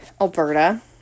Alberta